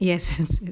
yes it is